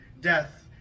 death